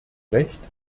recht